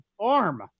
arm